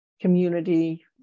community